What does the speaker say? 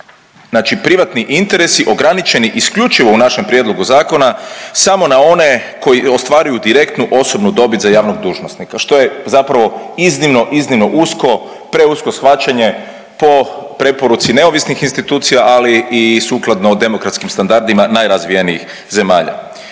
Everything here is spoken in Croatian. znači privatni interesi ograničeni isključivo u našem prijedlogu zakona samo na one koji ostvaruju direktnu osobnu dobit za javnog dužnosnika, što je zapravo iznimno iznimno usko, preusko shvaćanje po preporuci neovisnih institucija, ali i sukladno demokratskim standardima najrazvijenijih zemalja.